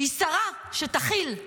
היא שרה, שתכיל.